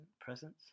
presence